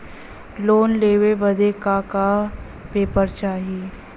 Loan लेवे बदे का का पेपर चाही?